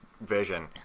vision